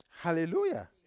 Hallelujah